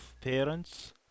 parents